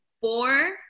four